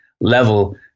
level